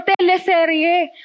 teleserie